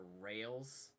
rails